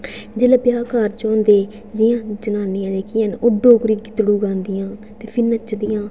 जेल्लै ब्याह् कारज होंदे जियां जनानियां जेह्कियां है'न ओह् डोगरी गीतड़ू गांदियां ते फ्ही नचदियां